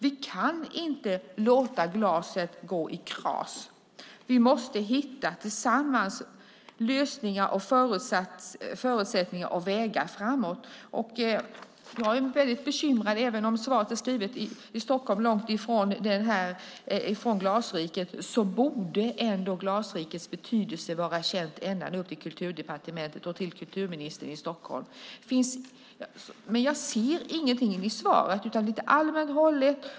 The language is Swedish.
Vi kan inte låta glaset gå i kras. Vi måste hitta lösningar, förutsättningar och vägar framåt tillsammans. Även om svaret är skrivet i Stockholm långt ifrån Glasriket borde ändå Glasrikets betydelse vara känd ända upp till Kulturdepartementet och till kulturministern i Stockholm. Jag ser ingenting av detta i svaret. Det är lite allmänt hållet.